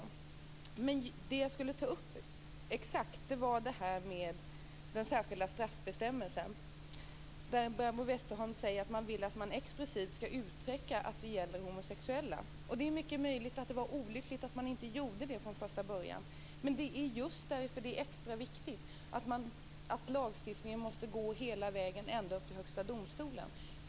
Det som jag egentligen skulle ta upp var det här med den särskilda straffbestämmelsen. Barbro Westerholm säger att hon vill att det explicit skall uttryckas att det gäller homosexuella. Det är mycket möjligt att det var olyckligt att det inte gjordes från första början. Just därför är det extra viktigt att man när det gäller lagstiftningen måste gå hela vägen upp till Högsta domstolen.